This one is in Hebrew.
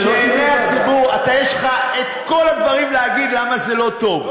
יש לך כל הדברים להגיד למה זה לא טוב.